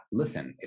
listen